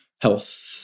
health